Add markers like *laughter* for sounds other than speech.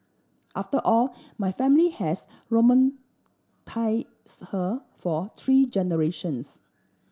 after all my family has *unintelligible* her for three generations